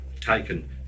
taken